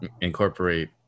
incorporate –